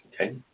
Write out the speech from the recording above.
Okay